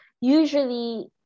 Usually